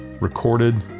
recorded